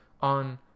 on